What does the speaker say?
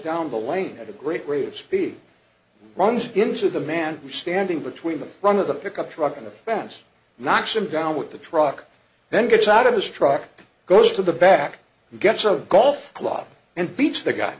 down the lane at a great rate of speed and runs into the man standing between the front of the pickup truck and a fence knocks him down with the truck then gets out of his truck goes to the back and gets a golf club and beats the guy